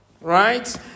Right